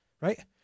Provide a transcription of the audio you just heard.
Right